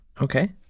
Okay